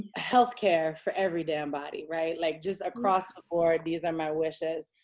health care for every damn body, right? like just across the board. these are my wishes.